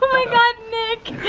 god, nick